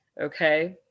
okay